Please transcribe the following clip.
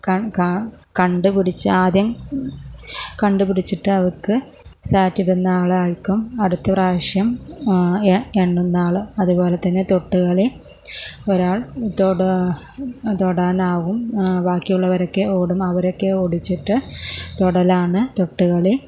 ക ക കണ്ടുപിടിച്ച് ആദ്യം കണ്ടുപിടിച്ചിട്ട് അവർക്ക് സാറ്റിടുന്ന ആളായിരിക്കും അടുത്ത പ്രാവശ്യം എണ്ണു എണ്ണുന്ന ആള് അതുപോലെ തന്നെ തൊട്ട് കളി ഒരാൾ തൊടാ തൊടാനാവും ബാക്കിയുള്ളവരൊക്കെ ഓടും അവരൊക്കെ ഓടിച്ചിട്ട് തൊടലാണ് തൊട്ടുകളി